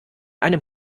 einen